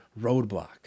roadblock